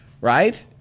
right